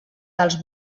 dels